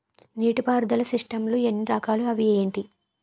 నీటిపారుదల సిస్టమ్ లు ఎన్ని రకాలు? అవి ఏంటి?